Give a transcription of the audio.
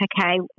okay